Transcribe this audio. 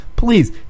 Please